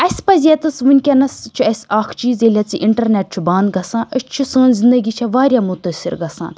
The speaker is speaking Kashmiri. اَسہِ پَزِ ییٚتَس وُنکٮ۪نَس چھُ اَسہِ اکھ چیٖز ییٚلہِ حظ یہِ اِنٹَرنیٚٹ چھُ بنٛد گژھان أسۍ چھِ سٲنۍ زنٛدگی چھِ واریاہ مُتٲثر گَژھان